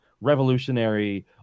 revolutionary